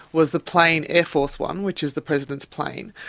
was the plane air force one, which is the president's plane,